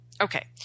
Okay